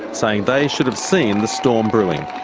saying they should have seen the storm brewing.